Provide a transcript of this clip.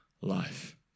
life